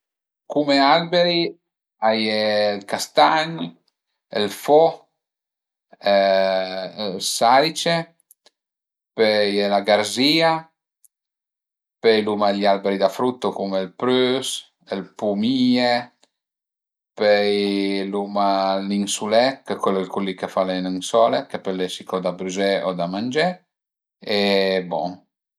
Cume alberi a ie ël castagn, ël fo, ël salice, pöi a ie la garzìa, pöi l'uma i alberi da frutto cume ël prüs, ël pumìe, pöi l'uma ël ninsulé ch'al e cul li ch'a fa le ninsole ch'a pöl esi co da brüzé o da mangé e bon